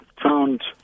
found